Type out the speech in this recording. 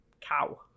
cow